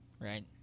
Right